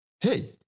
hey